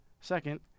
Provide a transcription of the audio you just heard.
Second